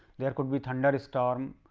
there could be thunderstorm.